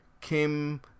Kim